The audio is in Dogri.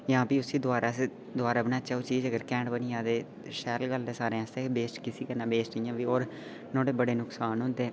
जां फ्ही उसी दोबारा बनाचै उसी जेकर घैंट बनी जा ते शैल गल्ल ऐ सारें आस्तै बेसट कैस्सी करना इ'यां बी नुहाड़े बड़े नुकसान होंदे न